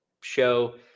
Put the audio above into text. show